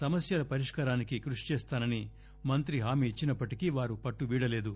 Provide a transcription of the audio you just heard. సమస్యల పరిష్కారానికి కృషి చేస్తానని మంత్రి హామీ ఇచ్చినప్పటికీ వారు పట్లు వీడలేదు